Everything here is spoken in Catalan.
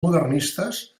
modernistes